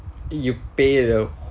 you pay it though